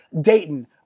Dayton